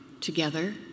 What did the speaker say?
together